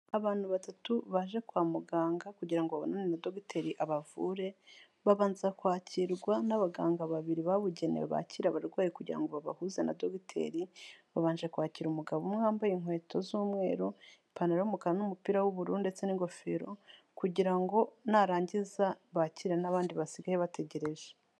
Abantu batatu baje kwa muganga kugira ngo babonane na dogiteri abavure, babanza kwakirwa n'abaganga babiri babugenewe, bakira abarwayi kugira ngo babahuze na dogiteri, babanje kwakira umugabo umwe wambaye inkweto z'umweru, ipantaro y'umukara n'umupira w'ubururu ndetse n'ingofero kugira ngo narangiza, bakire n'abandi basigaye bategereje.